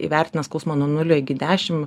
įvertina skausmą nuo nulio iki dešim